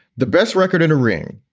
the best record in a ring.